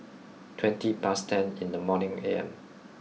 twenty past ten in the morning A M